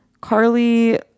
carly